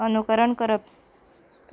अनुकरण करप